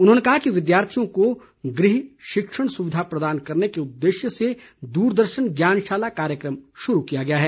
उन्होंने कहा कि विद्यार्थियों को गृह शिक्षण सुविधा प्रदान करने के उद्देश्य से दूरदर्शन ज्ञानशाला कार्यक्रम शुरू किया गया है